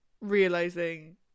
realizing